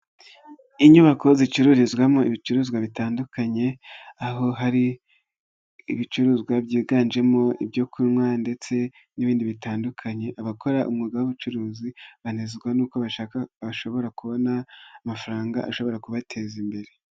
Inyubako zicururizwamo ibicuruzwa bitandukanye aho hari ibicuruzwa byiganjemo ibyo kunywa ndetse n'ibindi bitandukanye abakora umwuga w'ubucuruzi banezwa nuko bashobora kubona amafaranga ashobora kubateza imbere.